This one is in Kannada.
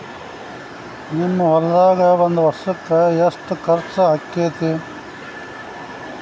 ನಿಮ್ಮ ಹೊಲ್ದಾಗ ಒಂದ್ ವರ್ಷಕ್ಕ ಎಷ್ಟ ಖರ್ಚ್ ಆಕ್ಕೆತಿ?